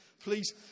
please